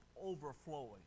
overflowing